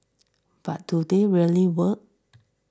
but do they really work